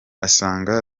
asanga